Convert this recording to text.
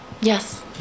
Yes